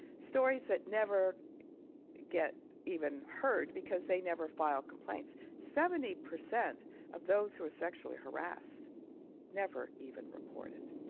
stories that never get even heard because they never file complaints. seventy percent of those who are sexually harassed never even report it.